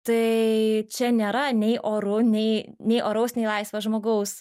tai čia nėra nei oru nei nei oraus nei laisvo žmogaus